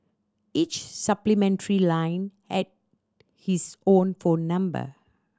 each supplementary line had his own phone number